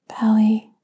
Belly